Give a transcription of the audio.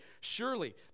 surely